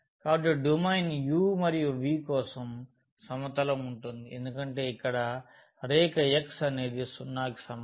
కాబట్టి domain u మరియు v కోసం సమతలం ఉంటుంది ఎందుకంటే ఇక్కడ రేఖ x అనేది 0 కి సమానం